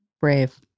Brave